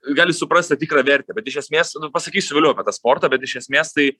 gali suprast tą tikrą vertę bet iš esmės pasakysiu vėliau apie tą sportą bet iš esmės tai